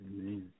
Amen